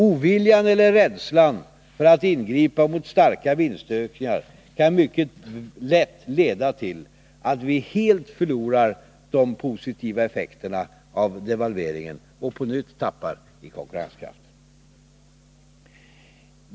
Oviljan eller rädslan för att ingripa mot starka vinstökningar kan mycket lätt leda till att vi helt förlorar de positiva effekterna av devalveringen och på nytt tappar i fråga om konkurrenskraft.